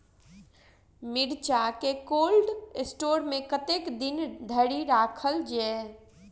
मिर्चा केँ cold store मे कतेक दिन धरि राखल छैय?